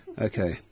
Okay